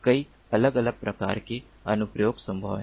कई अलग अलग प्रकार के अनुप्रयोग संभव हैं